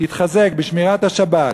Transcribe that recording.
יתחזק בשמירת השבת,